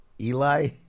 Eli